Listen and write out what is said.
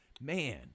Man